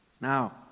Now